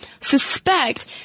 suspect